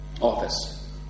office